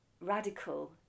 radical